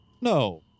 No